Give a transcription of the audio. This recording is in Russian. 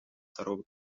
второго